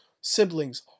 siblings